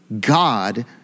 God